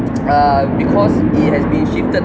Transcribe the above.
uh because it has been shifted